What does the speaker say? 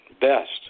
best